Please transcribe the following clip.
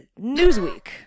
Newsweek